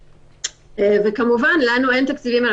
לנו כמובן אין תקציבים.